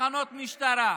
תחנות משטרה,